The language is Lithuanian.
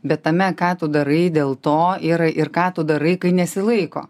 bet tame ką tu darai dėl to yra ir ką tu darai kai nesilaiko